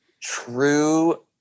true